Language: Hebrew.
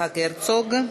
יצחק הרצוג.